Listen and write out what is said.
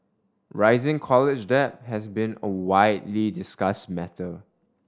rising college debt has been a widely discussed matter